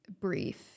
brief